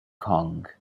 kong